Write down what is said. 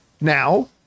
now